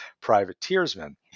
privateersmen